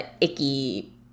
icky